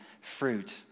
fruit